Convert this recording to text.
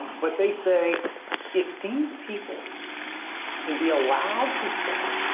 but they say if these people can be allowed to say